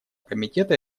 комитета